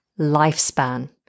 Lifespan